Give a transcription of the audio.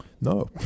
No